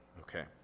Okay